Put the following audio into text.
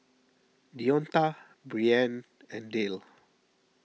Deonta Brianne and Dale